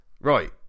Right